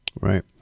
Right